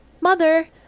Mother